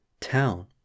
town